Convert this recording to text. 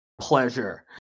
pleasure